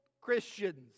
Christians